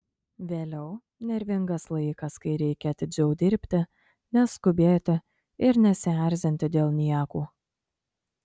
vėliau nervingas laikas kai reikia atidžiau dirbti neskubėti ir nesierzinti dėl niekų